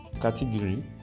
category